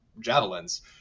javelins